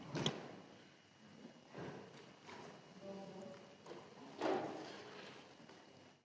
Hvala.